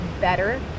better